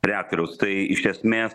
reaktoriaus tai iš esmės